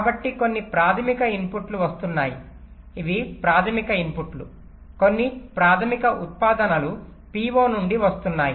కాబట్టి కొన్ని ప్రాధమిక ఇన్పుట్లు వస్తున్నాయి ఇవి ప్రాధమిక ఇన్పుట్లు కొన్ని ప్రాధమిక ఉత్పాదనలు PO నుండి వస్తున్నాయి